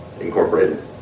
Incorporated